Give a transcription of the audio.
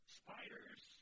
spiders